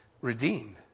redeemed